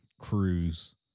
cruise